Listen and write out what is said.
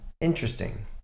interesting